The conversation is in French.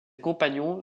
compagnons